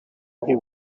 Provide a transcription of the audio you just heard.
nk’i